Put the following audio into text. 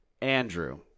Andrew